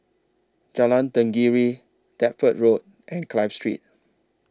Jalan Tenggiri Deptford Road and Clive Street